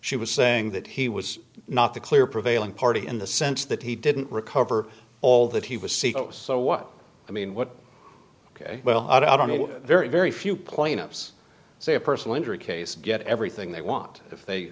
she was saying that he was not the clear prevailing party in the sense that he didn't recover all that he was c e o so what i mean what ok well i don't know very very few plaintiffs say a personal injury case get everything they want if they